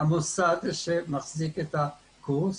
המוסד שמחזיק את הקורס,